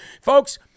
folks